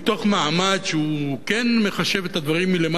שהוא כן מחשב את הדברים מלמטה כלפי מעלה,